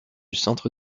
centre